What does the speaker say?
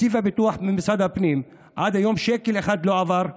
תקציב פיתוח ממשרד הפנים, עד היום שקל אחד לא עבר.